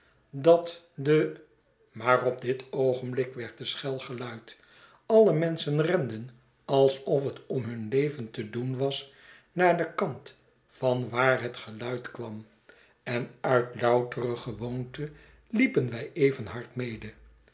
dat de maar op dit oogenblik werd de schel geluid alle menschen renden alsof het om hun leven te doen was naar den kant van waar het geluid kwam en uit loutere gewoonte liepen wij even hard mede